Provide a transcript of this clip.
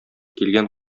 килгән